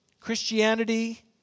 Christianity